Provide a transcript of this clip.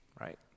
right